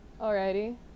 Alrighty